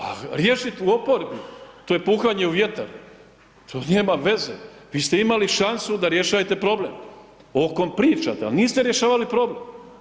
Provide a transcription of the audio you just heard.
A riješiti u oporbi, to je puhanje u vjetar, to nema veze, vi ste imali šansu da rješajete problem, o kom pričate, al, niste rješavali problem.